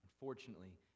unfortunately